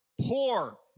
poor